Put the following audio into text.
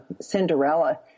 Cinderella